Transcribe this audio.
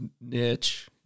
niche